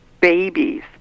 babies